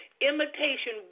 imitation